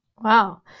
Wow